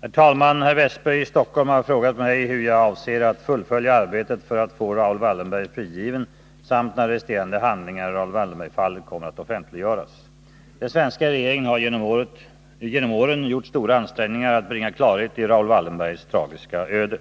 Herr talman! Herr Wästberg i Stockholm har frågat mig hur jag avser att fullfölja arbetet för att få Raoul Wallenberg frigiven samt när resterande handlingar i Raoul Wallenbergfallet kommer att offentliggöras. Den svenska regeringen har genom åren gjort stora ansträngningar att bringa klarhet i Raoul Wallenbergs tragiska öde.